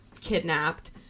kidnapped